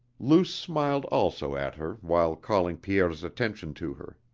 luce smiled also at her while calling pierre's attention to her.